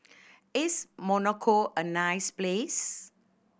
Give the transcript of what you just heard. is Monaco a nice place